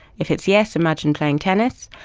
if it's yes imagine playing tennis.